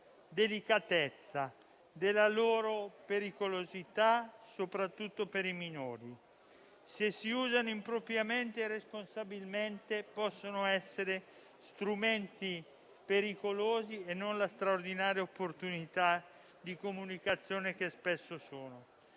delicatezza e pericolosità, soprattutto per i minori. Se si usano impropriamente e irresponsabilmente possono essere strumenti pericolosi e non la straordinaria opportunità di comunicazione che spesso sono.